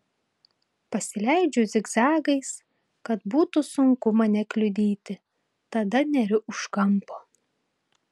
pasileidžiu zigzagais kad būtų sunku mane kliudyti tada neriu už kampo